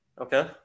Okay